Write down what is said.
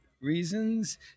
reasons